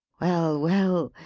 well, well!